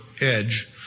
edge